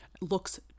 looks